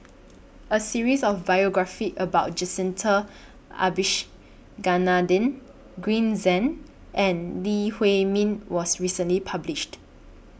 A series of biographies about Jacintha Abisheganaden Green Zeng and Lee Huei Min was recently published